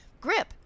grip